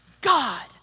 God